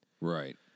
Right